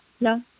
No